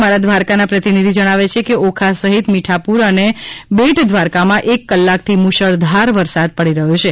અમારા દ્વારકાના પ્રતિનિધિ જણાવે છે કે ઓખા સહિત મીઠાપૂર અને બેટ દ્વારકામાં એક કલાકથી મૂશળધાર વરસાદ પડી રહ્યો છે